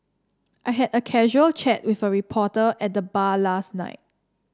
I had a casual chat with a reporter at the bar last night